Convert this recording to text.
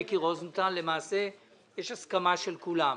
מיקי רוזנטל, למעשה, יש הסכמה של כולם,